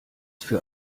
für